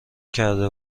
کرده